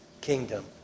kingdom